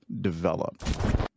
develop